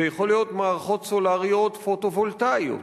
זה יכול להיות מערכות סולריות פוטו-וולטאיות.